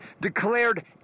declared